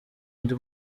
undi